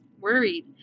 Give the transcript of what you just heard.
worried